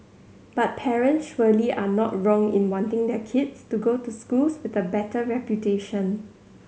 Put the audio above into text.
but parents surely are not wrong in wanting their kids to go to schools with a better reputation